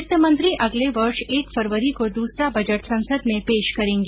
वित्तमंत्री अगले वर्ष एक फरवरी को दूसरा बजट संसद में पेश करेंगी